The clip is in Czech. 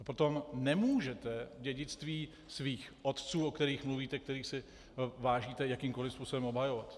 Potom nemůžete dědictví svých otců, o kterých mluvíte, kterých si vážíte, jakýmkoliv způsobem obhajovat.